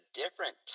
different